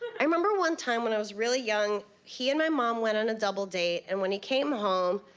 i remember one time when i was really young, he and my mom went on a double date. and when he came home,